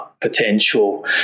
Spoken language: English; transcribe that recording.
potential